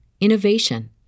innovation